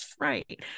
right